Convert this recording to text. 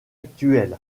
actuel